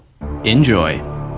Enjoy